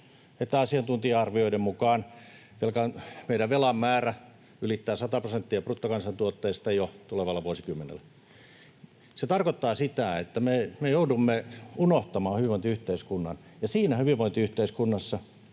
että asiantuntija-arvioiden mukaan meidän velan määrä ylittää 100 prosenttia bruttokansantuotteesta jo tulevalla vuosikymmenellä. Se tarkoittaa sitä, että me joudumme unohtamaan hyvinvointiyhteiskunnan, ja siinä hyvinvointiyhteiskunnassa,